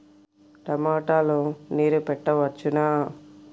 టమాట లో నీరు పెట్టవచ్చునా?